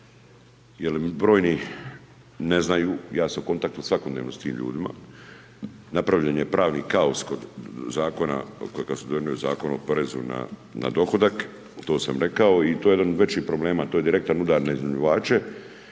Jer brojni ne znaju, ja sam u kontaktu svakodnevno s time ljudima, napravljen je pravni kaos kod zakona kakav su donijeli Zakon o porezu na dohodak, to sam rekao i to je jedan od većih problema, to je direktan udar na iznajmljivače